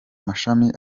mashami